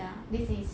ya